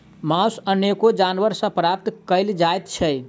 मौस अनेको जानवर सॅ प्राप्त करल जाइत छै